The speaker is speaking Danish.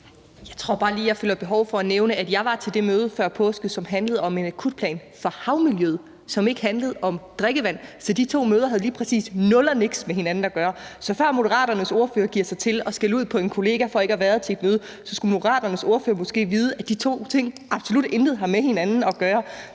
jeg føler behov for at nævne, at jeg var til det møde før påske, som handlede om en akutplan for havmiljøet, og som ikke handlede om drikkevand. De to møder havde lige præcis nul og niks med hinanden at gøre. Så før Moderaternes ordfører giver sig til at skælde ud på en kollega for ikke at have været til et møde, skulle Moderaternes ordfører måske vide, at de to ting absolut intet har med hinanden at gøre.